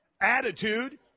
attitude